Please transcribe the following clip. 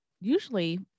usually